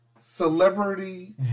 celebrity